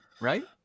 right